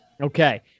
Okay